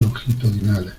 longitudinales